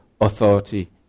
authority